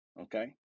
okay